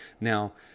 Now